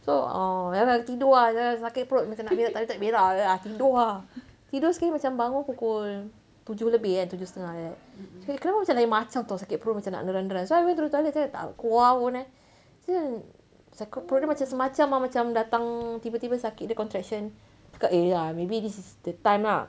so ah then kakak nak tidur lah cakap sakit perut macam nak berak tapi tak berak ah tidur ah tidur sekali macam bangun pukul tujuh lebih eh tujuh setengah like that cakap eh kenapa macam lain macam [tau] sakit perut macam nak meneran-meneran so I pergi toilet tak keluar pun eh then sakit perut dia macam semacam macam datang tiba-tiba sakit dia contraction cakap eh ni ah maybe this is the time lah